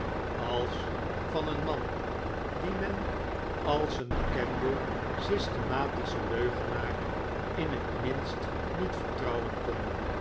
als van een man dien men als een bekenden systematischen leugenaar in het minst niet vertrouwen kon